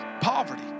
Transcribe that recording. poverty